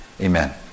Amen